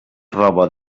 roba